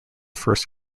first